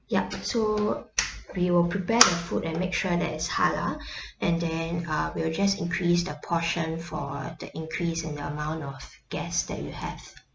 yup so we will prepare the food and make sure that it's halal and then uh we will just increase the portion for the increase in the amount of guests that you have